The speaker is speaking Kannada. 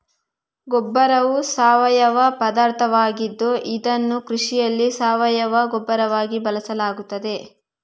ಗೊಬ್ಬರವು ಸಾವಯವ ಪದಾರ್ಥವಾಗಿದ್ದು ಇದನ್ನು ಕೃಷಿಯಲ್ಲಿ ಸಾವಯವ ಗೊಬ್ಬರವಾಗಿ ಬಳಸಲಾಗುತ್ತದೆ